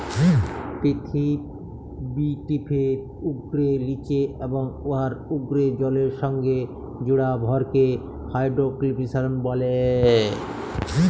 পিথিবীপিঠের উপ্রে, লিচে এবং উয়ার উপ্রে জলের সংগে জুড়া ভরকে হাইড্রইস্ফিয়ার ব্যলে